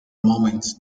moment